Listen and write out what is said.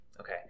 Okay